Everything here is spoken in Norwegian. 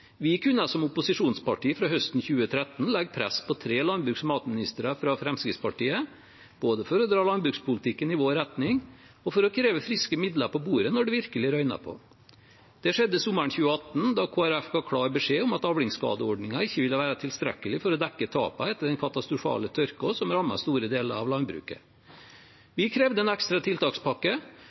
Vi har som opposisjonsparti fra høsten 2013 kunnet legge press på tre landbruks- og matministre fra Fremskrittspartiet, både for å dra landbrukspolitikken i vår retning og for å kreve friske midler på bordet når det virkelig røynet på. Det skjedde sommeren 2018, da Kristelig Folkeparti ga klar beskjed om at avlingsskadeordningen ikke ville være tilstrekkelig for å dekke tapene etter den katastrofale tørken som rammet store deler av landbruket. Vi krevde en ekstra tiltakspakke,